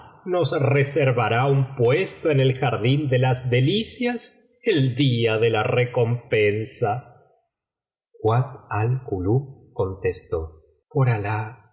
nos reservará un puesto en el jardín de las delicias el día de la recompensa kuat al kulub contestó por alah